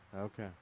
Okay